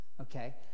okay